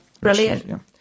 Brilliant